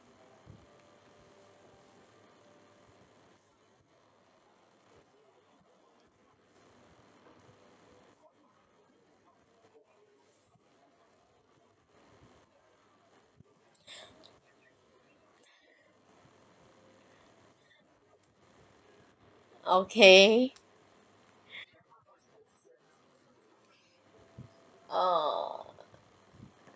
okay oh